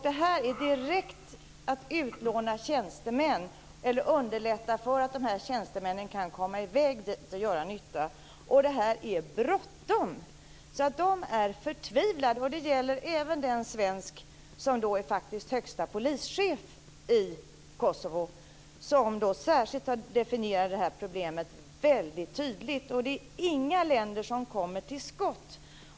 Det här är att direkt utlåna tjänstemän eller att underlätta för att tjänstemän kan komma iväg till Kosovo och göra nytta. Och det är bråttom. Man är förtvivlad. Det gäller även den svensk som faktiskt är högsta polischef i Kosovo, som särskilt har definierat det här problemet väldigt tydligt. Och det är inga länder som kommer till skott.